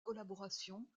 collaboration